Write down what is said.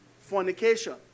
fornication